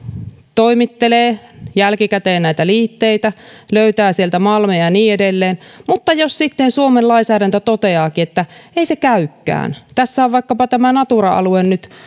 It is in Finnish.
toimittelee jälkikäteen näitä liitteitä löytää sieltä malmeja ja niin edelleen mutta jos sitten suomen lainsäädäntö toteaakin että ei se käykään tässä vaikkapa tämä natura alue nyt